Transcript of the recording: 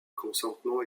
consentement